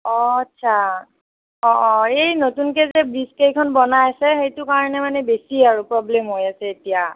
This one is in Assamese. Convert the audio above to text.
আচ্ছা অঁ অঁ এই নতুনকৈ যে ব্ৰিজ কেইখন বনাই আছে সেইটো কাৰণে মানে বেছি আৰু প্ৰব্লেম হৈ আছে এতিয়া